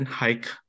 hike